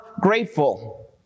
grateful